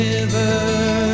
River